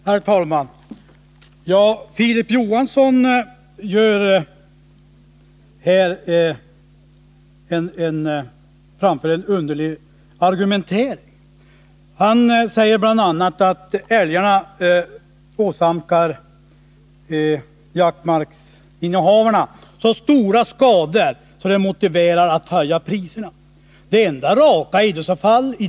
Herr talman! Filip Johansson kommer verkligen med en underlig argumentering. Han säger bl.a. att älgarna åsamkar jaktmarksinnehavarna så stora skador på deras marker att dessa skador motiverar en höjning av priset på jakträtten.